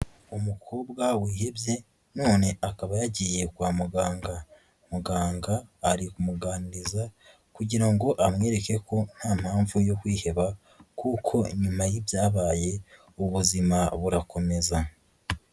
Umukobwa wihebye none akaba yagiye kwa muganga, muganga ari kumuganiriza kugira ngo amwereke ko nta mpamvu yo kwiheba kuko nyuma y'ibyabaye ubuzima burakomeza.